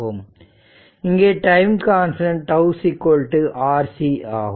இங்கே time constant τ RC ஆகும்